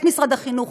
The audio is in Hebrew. את משרד החינוך,